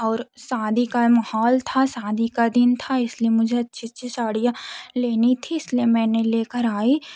और शादी का माहौल था शादी का दिन था इसलिए मुझे अच्छी अच्छी साड़ियाँ लेनी थी इसलिए मैंने लेकर आई